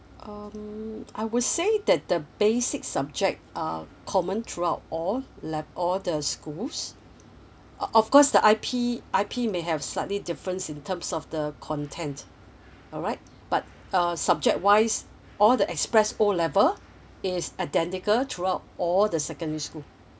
um I would say that the basic subject uh common throughout all like all the schools uh of course the I_P I_P may have slightly difference in terms of the content alright but uh subject wise all the express O level it's identical throughout all the secondary school